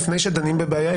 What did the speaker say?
לפני שדנים בבעיה,